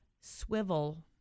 swivel